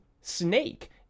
Snake